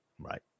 Right